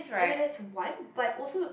okay that's one but also